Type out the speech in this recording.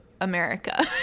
America